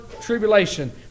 tribulation